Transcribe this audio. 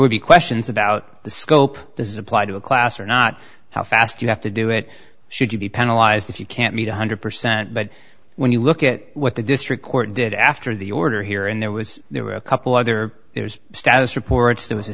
would be questions about the scope does apply to a class or not how fast you have to do it should you be penalize if you can't meet one hundred percent but when you look at what the district court did after the order here and there was there were a couple other status reports there was a